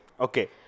Okay